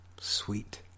Sweet